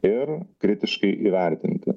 ir kritiškai įvertinti